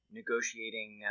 negotiating